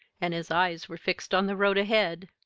and his eyes were fixed on the road ahead.